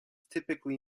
typically